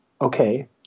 okay